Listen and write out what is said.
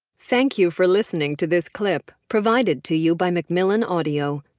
thank you for listening to this clip provided to you by mcmillan audio.